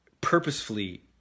purposefully